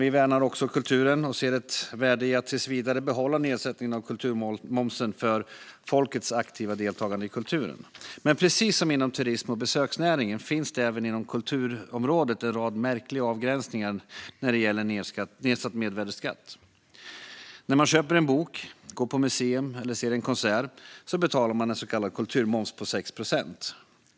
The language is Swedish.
Vi värnar också kulturen och ser ett värde i att tills vidare behålla nedsättningen av kulturmomsen för folkets aktiva deltagande i kulturen. Men precis som inom turism och besöksnäringen finns det även inom kulturområdet en rad märkliga avgränsningar när det gäller nedsatt mervärdesskatt. När man köper en bok, går på museum eller ser en konsert betalar man en så kallad kulturmoms på 6 procent.